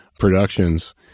productions